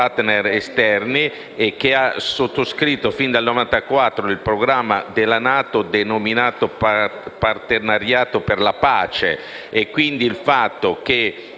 Grazie,